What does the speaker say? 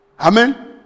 Amen